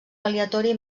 aleatori